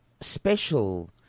special